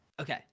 okay